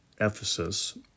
Ephesus